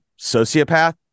sociopath